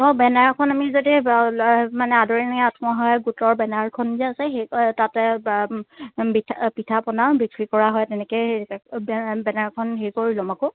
অঁ বেনাৰখন আমি যদি মানে আদৰিণীয় আত্মসহায় গোটৰ বেনাৰখন যে আছে সেই তাতে পিঠা পিঠা পনা বিক্ৰী কৰা হয় তেনেকৈয়ে বেনাৰখন হেৰি কৰি ল'ম আকৌ